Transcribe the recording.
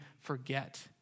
forget